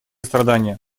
страдания